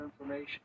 information